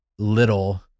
little